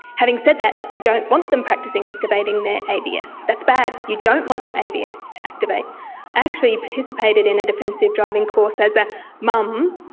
having said that, i don't want them practising activating their abs. that's bad, you don't want your abs to activate. i actually participated in a defensive driving course as a mum.